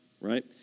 right